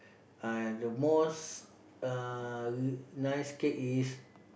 uh the most uh nice cake is